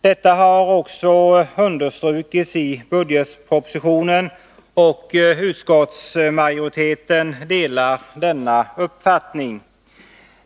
Detta har också understrukits i budgetpropositionen, och utskottsmajoriteten delar denna uppfattning.